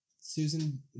Susan